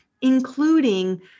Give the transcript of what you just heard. including